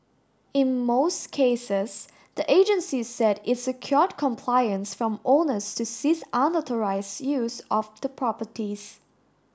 in most cases the agency said it secured compliance from owners to cease unauthorised use of the properties